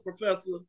Professor